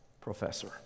professor